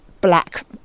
black